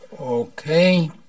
Okay